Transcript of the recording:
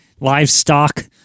Livestock